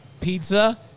pizza